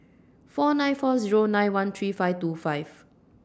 four nine four Zero nine one three five two five